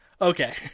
Okay